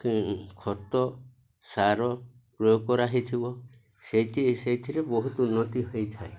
ଖତ ସାର ପ୍ରୟୋଗ କରାହୋଇଥିବ ସେଇଥି ସେଇଥିରେ ବହୁତ ଉନ୍ନତି ହୋଇଥାଏ